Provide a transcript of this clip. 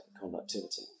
conductivity